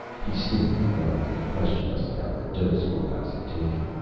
he sniffed the drug, and questioned us about the dose wilcox had taken.